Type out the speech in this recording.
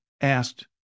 asked